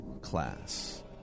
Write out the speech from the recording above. class